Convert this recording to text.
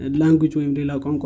language